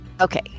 Okay